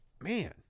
Man